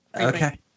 Okay